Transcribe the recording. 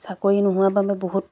চাকৰি নোহোৱা বাবে বহুত